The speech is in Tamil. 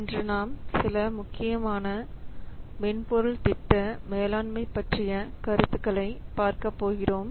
இன்று நாம் சில முக்கியமான மென்பொருள் திட்ட மேலாண்மை பற்றிய கருத்துக்களை பார்க்கப்போகிறோம்